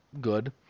good